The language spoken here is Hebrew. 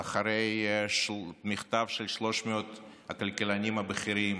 ואחרי מכתב של 300 הכלכלנים הבכירים